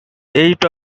eight